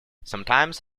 sometimes